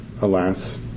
alas